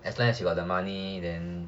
as long as you got the money then